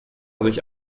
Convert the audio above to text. sich